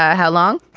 ah how long?